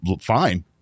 fine